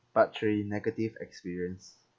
part three negative experience